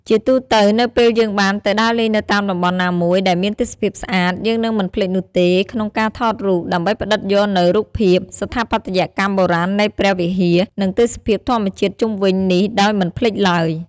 ជាទូរទៅនៅពេលយើងបានទៅដើរលេងនៅតាមតំបន់ណាមួយដែរមានទេសភាពស្អាត យើងនឹងមិនភ្លេចនោះទេក្នុងការថតរូបដើម្បីផ្តិតយកនូវរូបភាពស្ថាបត្យកម្មបុរាណនៃព្រះវិហារ និងទេសភាពធម្មជាតិជុំវិញនេះដោយមិនភ្លេចឡើយ ។